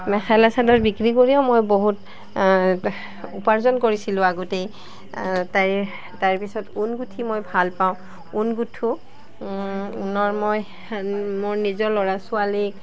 মেখেলা চাদৰ বিক্ৰী কৰিও মই বহুত উপাৰ্জন কৰিছিলোঁ আগতেই তাই তাৰপিছত ঊন গুঠি মই ভাল পাওঁ ঊন গুঠোঁ ঊনৰ মই মোৰ নিজৰ ল'ৰা ছোৱালীক